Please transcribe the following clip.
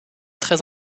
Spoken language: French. très